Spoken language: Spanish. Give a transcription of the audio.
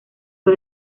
fue